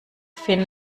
finn